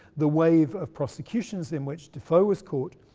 the wave of prosecutions, in which defoe was caught,